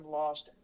lost